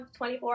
24